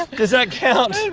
ah does that count?